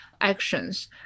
actions